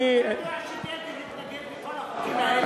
אני, אתה יודע שבגין התנגד לכל החוקים האלה?